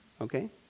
Okay